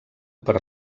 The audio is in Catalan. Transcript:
per